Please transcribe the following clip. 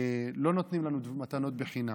לא נותנים לנו מתנות חינם.